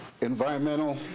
environmental